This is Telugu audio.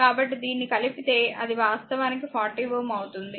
కాబట్టి దీన్ని కలిపితే అది వాస్తవానికి 40 Ω అవుతుంది